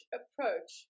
approach